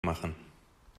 machen